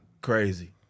Crazy